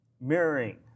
Mirroring